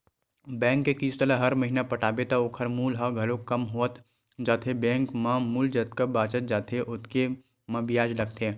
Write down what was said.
bank के किस्त ल हर महिना पटाबे त ओखर मूल ह घलोक कम होवत जाथे बेंक म मूल जतका बाचत जाथे ओतके म बियाज लगथे